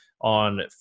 on